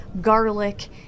garlic